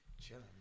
Chilling